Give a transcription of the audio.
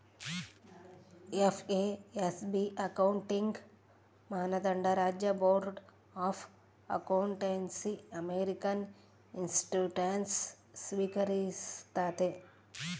FASB accounting ಮಾನದಂಡ ರಾಜ್ಯ board of accountancy American institutes ಸ್ವೀಕರಿಸ್ತತೆ